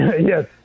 Yes